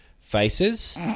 Faces